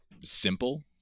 simple